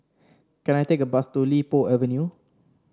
can I take a bus to Li Po Avenue